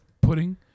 pudding